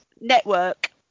Network